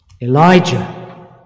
Elijah